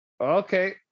Okay